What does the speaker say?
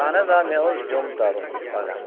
اَہَن حظ آ مےٚ اوس جوٚم تَرُن پگاہ